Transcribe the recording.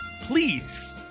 please